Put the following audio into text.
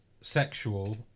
sexual